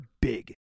big